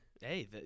Hey